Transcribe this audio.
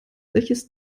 welches